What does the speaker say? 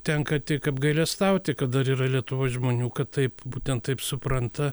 tenka tik apgailestauti kad dar yra lietuvoj žmonių kad taip būtent taip supranta